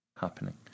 happening